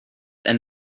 and